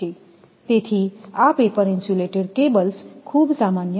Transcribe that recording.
તેથી આ paper insulated cables ખૂબ સામાન્ય છે